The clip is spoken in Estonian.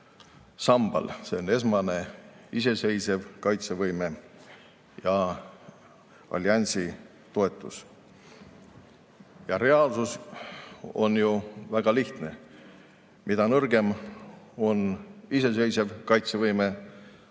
sambal. Need on esmane, iseseisev kaitsevõime ja alliansi toetus. Reaalsus on ju väga lihtne: mida nõrgem on iseseisev kaitsevõime,